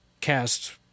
cast